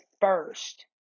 first